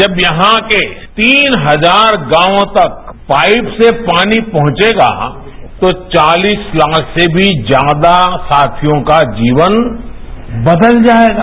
जब यहां के तीन हजार गांवों तक पाइप से पानी पहुंचेगा तो चालीस लाख से मी ज्यादा साथियों का जीवन बदल जाएगा